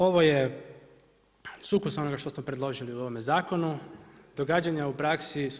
Ovo je sukus onoga što smo predložili u ovome zakonu, događanja u praksi su